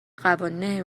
قوانین